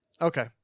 Okay